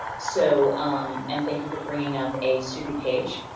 so and thank you for bringing out the a student page,